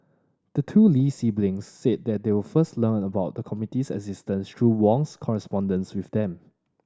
the two Lee siblings said that they were first learned about the committee's existence through Wong's correspondence with them